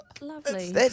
lovely